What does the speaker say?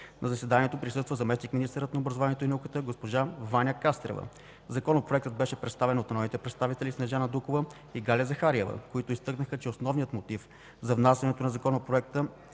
На заседанието присъства заместник-министърът на образованието и науката госпожа Ваня Кастрева. Законопроектът беше представен от народните представители Снежана Дукова и Галя Захариева, които изтъкнаха, че основният мотив за внасянето на Законопроекта